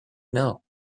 know